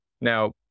Now